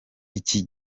iki